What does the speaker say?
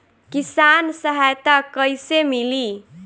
किसान सहायता कईसे मिली?